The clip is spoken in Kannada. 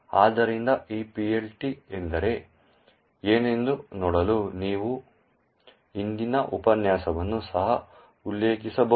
ಆದ್ದರಿಂದ ಈ PLT ಎಂದರೆ ಏನೆಂದು ನೋಡಲು ನೀವು ಹಿಂದಿನ ಉಪನ್ಯಾಸವನ್ನು ಸಹ ಉಲ್ಲೇಖಿಸಬಹುದು